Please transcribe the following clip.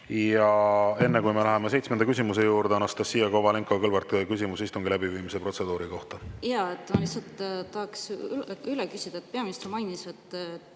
Enne kui me läheme seitsmenda küsimuse juurde, on Anastassia Kovalenko-Kõlvartil küsimus istungi läbiviimise protseduuri kohta. Jaa, ma lihtsalt tahaks üle küsida. Peaminister mainis, et